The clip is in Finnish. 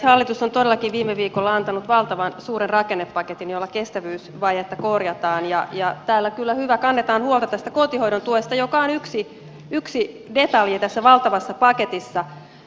hallitus on todellakin viime viikolla antanut valtavan suuren rakennepaketin jolla kestävyysvajetta korjataan ja täällä kyllä hyvä kannetaan huolta tästä kotihoidon tuesta joka on yksi detalji tässä valtavassa paketissa